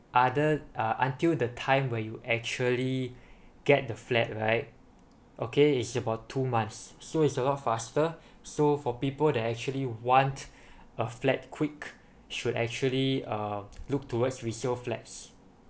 other uh until the time where you actually get the flat right okay it's about two months so is a lot faster so for people that actually want a flat quick should actually um look towards resale flats